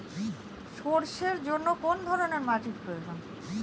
সরষের জন্য কোন ধরনের মাটির প্রয়োজন?